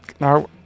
now